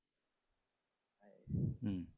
mm